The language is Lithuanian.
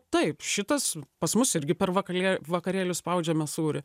taip šitas pas mus irgi per vakalė vakarėlius spaudžiame sūrį